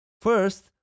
First